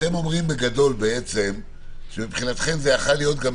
אתם אומרים בגדול שמבחינתכם זה היה יכול להיות גם